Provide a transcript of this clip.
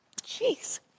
Jeez